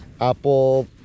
Apple